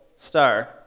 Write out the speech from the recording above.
star